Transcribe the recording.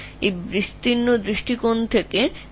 সুতরাং এটিকে দেখার এই প্রশস্ত উপায়